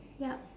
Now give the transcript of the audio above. yup